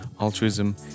altruism